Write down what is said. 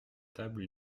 table